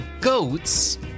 goats